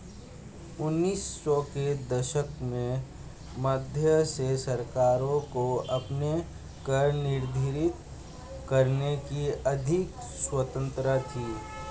उन्नीस सौ के दशक के मध्य से सरकारों को अपने कर निर्धारित करने की अधिक स्वतंत्रता थी